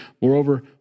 Moreover